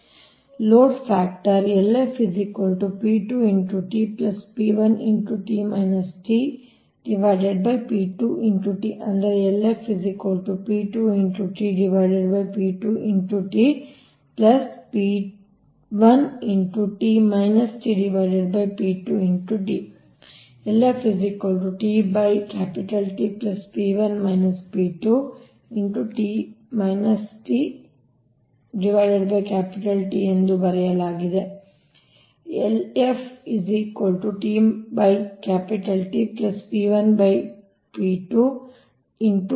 load factor ಅಂದರೆ ಎಂದು ಬರೆಯಬಹುದು